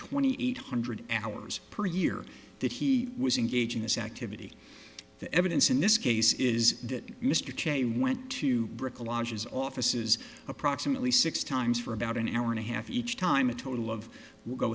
twenty eight hundred hours per year that he was engaging this activity the evidence in this case is that mr cheney went to brickell lodges offices approximately six times for about an hour and a half each time a total of will go